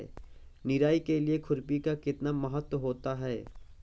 निराई के लिए खुरपी का कितना महत्व होता है?